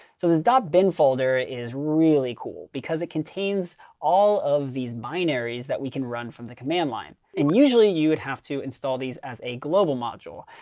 so this dot bin folder is really cool because it contains all of these binaries that we can run from the command line. and usually you would have to install these as a global module.